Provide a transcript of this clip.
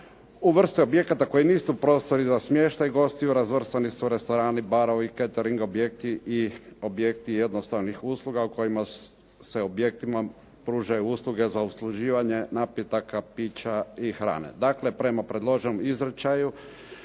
U vrste objekata koje nisu prostori za smještaj gostiju razvrstani su restorani, barovi, ketering, objekti i objekti jednostavnih usluga kojima se objektima pružaju usluge za usluživanje napitaka, pića i hrane. Dakle, prema predloženom izričaju